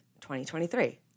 2023